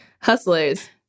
Hustlers